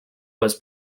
was